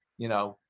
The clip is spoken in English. you know,